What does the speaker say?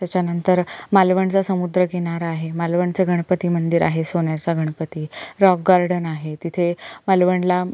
त्याच्यानंतर मालवणचा समुद्रकिनारा आहे मालवणचं गणपती मंदिर आहे सोन्याचा गणपती रॉक गार्डन आहे तिथे मालवणला